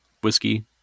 whiskey